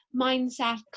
mindset